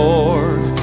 Lord